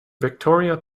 victoria